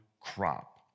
crop